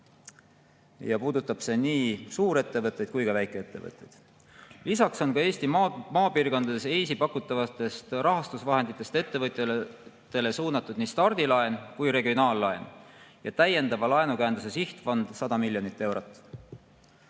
See puudutab nii suurettevõtteid kui ka väikeettevõtteid. Lisaks on Eestis, ka maapiirkondades EIS-i pakutavatest rahastusvahenditest ettevõtjatele suunatud näiteks nii stardilaen kui ka regionaallaen ja täiendav laenukäenduse sihtfond 100 miljonit eurot.